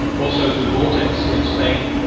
also, to vortex, in spain,